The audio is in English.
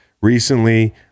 Recently